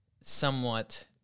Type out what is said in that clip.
somewhat